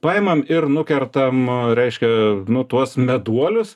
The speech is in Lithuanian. paimam ir nukertam reiškia nu tuos meduolius